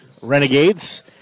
Renegades